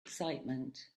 excitement